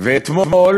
ואתמול